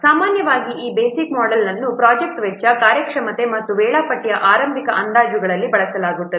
ಸಾಮಾನ್ಯವಾಗಿ ಈ basic model ಅನ್ನು ಪ್ರೊಜೆಕ್ಟ್ ವೆಚ್ಚ ಕಾರ್ಯಕ್ಷಮತೆ ಮತ್ತು ವೇಳಾಪಟ್ಟಿಯ ಆರಂಭಿಕ ಅಂದಾಜುಗಳಿಗಾಗಿ ಬಳಸಲಾಗುತ್ತದೆ